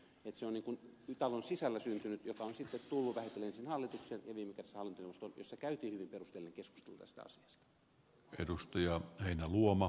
se on talon sisällä syntynyt joka on sitten tullut vähitellen sinne hallitukseen ja viime kädessä hallintoneuvostoon jossa käytiin hyvin perusteellinen keskustelu tästä asiasta